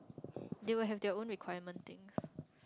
they will have their own requirement thing